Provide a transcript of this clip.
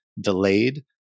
delayed